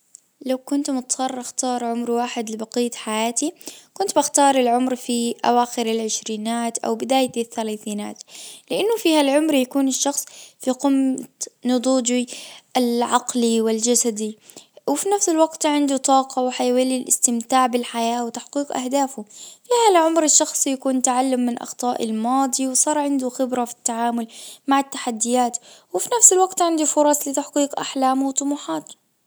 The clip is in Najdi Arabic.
لو كنت مضطر أختار عمر واحد لبقية حياتي كنت بختار العمر في اواخر العشرينات او بداية الثلاثينات لانه في هالعمر يكون الشخص في قمة نضوجي العقلي والجسدي وفي نفس الوقت عنده طاقة وحيوية للاستمتاع بالحياة وتحقيق اهدافه فهالعمر الشخص يكون تعلم من اخطاء الماضي وصار عنده خبرة في التعامل مع التحديات وفي نفس الوقت عندي فرص لتحقيق احلامي وطموحاتي.